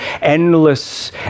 endless